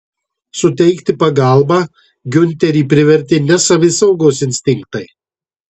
suteikti pagalbą giunterį privertė ne savisaugos instinktai